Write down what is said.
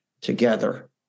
together